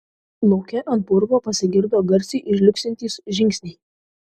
lauke ant purvo pasigirdo garsiai žliugsintys žingsniai